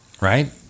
right